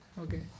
Okay